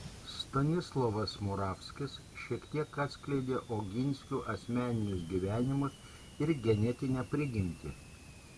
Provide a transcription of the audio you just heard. stanislovas moravskis šiek tiek atskleidė oginskių asmeninius gyvenimus ir genetinę prigimtį